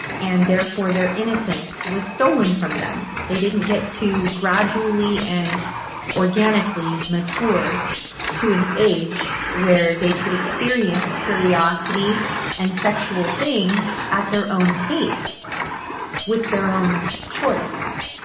and therefore their innocence was stolen from them. they didn't get to gradually and organically mature to an age where they could experience curiosity and sexual things at their own pace with their own choice